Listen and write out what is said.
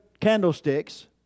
candlesticks